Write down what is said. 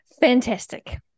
Fantastic